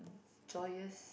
joyous